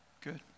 Good